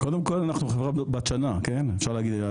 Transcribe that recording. קודם כל אנחנו חברה בת שנה, עצמאית.